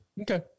Okay